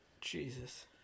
Jesus